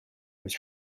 was